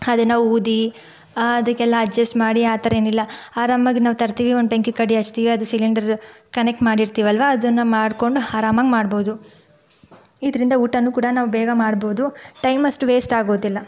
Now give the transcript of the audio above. ಅದನ್ನು ಊದಿ ಅದಕ್ಕೆಲ್ಲ ಅಡ್ಜೆಸ್ಟ್ ಮಾಡಿ ಆ ಥರ ಏನಿಲ್ಲ ಆರಾಮಾಗಿ ನಾವು ತರ್ತೀವಿ ಒಂದು ಬೆಂಕಿ ಕಡ್ಡಿ ಹಚ್ತೀವಿ ಅದು ಸಿಲಿಂಡರ್ ಕನೆಕ್ಟ್ ಮಾಡಿರ್ತೀವಲ್ವ ಅದನ್ನು ಮಾಡಿಕೊಂಡು ಅರಾಮಾಗಿ ಮಾಡ್ಬೋದು ಇದರಿಂದ ಊಟನು ಕೂಡ ನಾವು ಬೇಗ ಮಾಡ್ಬೋದು ಟೈಮಷ್ಟು ವೇಸ್ಟ್ ಆಗೋದಿಲ್ಲ